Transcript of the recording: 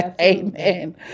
Amen